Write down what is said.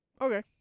Okay